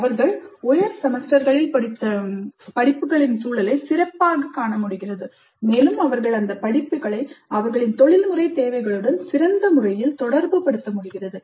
அவர்கள் உயர் செமஸ்டர்களில் படித்த படிப்புகளின் சூழலை சிறப்பாகக் காண முடிகிறது மேலும் அவர்கள் அந்த படிப்புகளை அவர்களின் தொழில்முறை தேவைகளுடன் சிறந்த முறையில் தொடர்புபடுத்த முடிகிறது